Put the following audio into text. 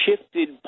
shifted